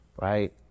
right